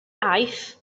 aeth